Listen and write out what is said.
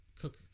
cook